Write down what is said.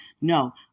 No